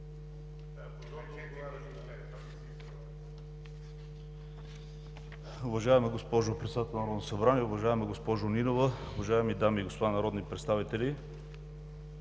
Уважаема госпожо Председател на Народното събрание, уважаема госпожо Нинова, уважаеми дами и господа народни представители!